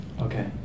Okay